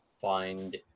find